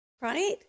right